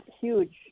huge